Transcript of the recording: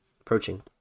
approaching